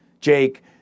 Jake